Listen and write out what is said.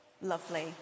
Lovely